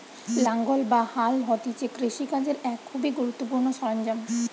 লাঙ্গল বা হাল হতিছে কৃষি কাজের এক খুবই গুরুত্বপূর্ণ সরঞ্জাম